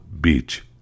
Beach